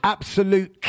Absolute